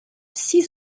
six